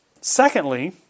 secondly